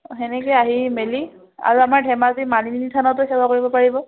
অঁ সেনেকে আহি মেলি আৰু আমাৰ ধেমাজি মালিনী থানতো চেৱা কৰিব পাৰিব